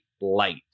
light